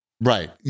right